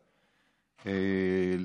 איננו,